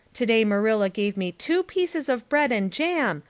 today marilla give me two pieces of bread and jam,